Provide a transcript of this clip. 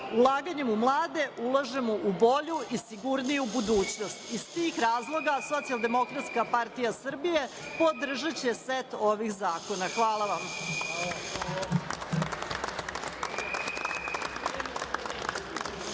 karijeru. Ulaganjem u mlade, ulažemo u bolju i sigurniju budućnost. Iz tih razloga Socijaldemokratska partija Srbije podržaće set ovih zakona. Hvala vam.